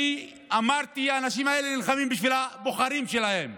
אני אמרתי: האנשים האלה נלחמים בשביל הבוחרים שלהם.